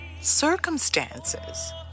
Circumstances